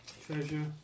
Treasure